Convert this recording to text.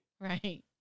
Right